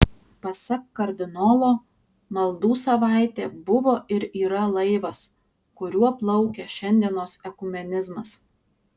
pasak kardinolo maldų savaitė buvo ir yra laivas kuriuo plaukia šiandienos ekumenizmas